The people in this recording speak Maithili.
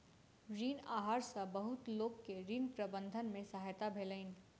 ऋण आहार सॅ बहुत लोक के ऋण प्रबंधन में सहायता भेलैन